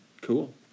cool